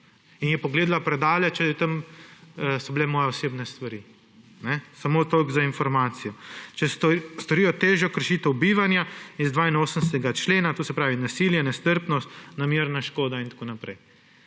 In je pogledala predale, če so bile tam moje osebne stvari. Samo toliko za informacijo. Če storijo težjo kršitev bivanja iz 82. člena, to se pravi nasilje, nestrpnost, namerna škoda in tako naprej.